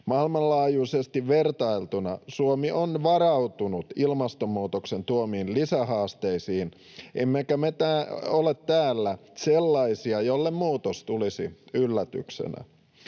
Maailmanlaajuisesti vertailtuna Suomi on varautunut ilmastonmuutoksen tuomiin lisähaasteisiin, emmekä me ole täällä sellaisia, joille muutos tulisi yllätyksenä.